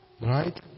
Right